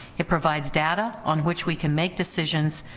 it provides data on which we can make decisions,